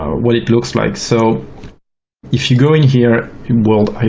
what it looks like. so if you go in here in world iot